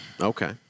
Okay